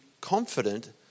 confident